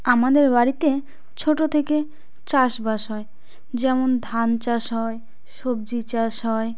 আমাদের বাড়িতে ছোটো থেকে চাষবাস হয় যেমন ধান চাষ হয় সবজি চাষ হয়